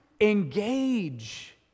Engage